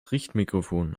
richtmikrofon